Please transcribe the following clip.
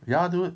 ya dude